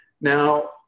Now